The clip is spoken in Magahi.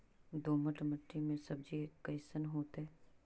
दोमट मट्टी में सब्जी कैसन होतै?